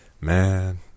Man